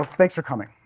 ah thanks for coming.